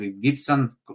Gibson